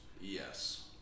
yes